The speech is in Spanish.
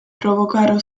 provocará